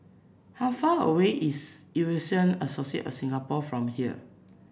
how far away is Eurasian Association of Singapore from here